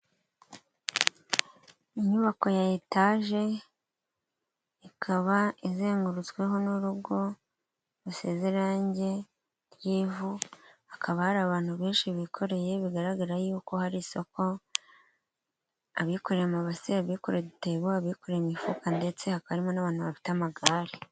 Inyubako ya etaje, ikaba izengurutsweho n'urugo rusize irange ry'ivu, hakaba hari abantu benshi bikoreye bigaragara yuko hari isoko, abikoreye amabase, abikoreye ibitebo, abikoreye imifuka ndetse hakamo harimo n'abantu bafite amagare.